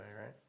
right